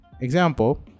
Example